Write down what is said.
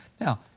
Now